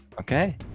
Okay